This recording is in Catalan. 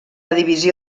divisió